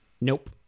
nope